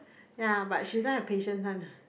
yea but she doesn't have patience one lah